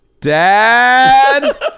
dad